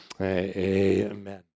Amen